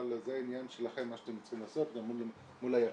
זה עניין שלכם מה שאתם צריכים לעשות גם מול היק"ר.